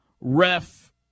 ref